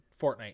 Fortnite